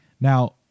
now